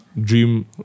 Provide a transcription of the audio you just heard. dream